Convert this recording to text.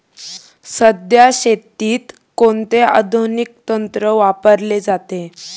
सध्या शेतीत कोणते आधुनिक तंत्र वापरले जाते?